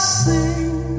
sing